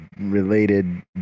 related